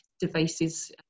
devices